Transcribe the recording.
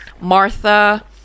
Martha